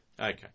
Okay